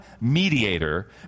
mediator